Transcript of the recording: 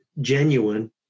genuine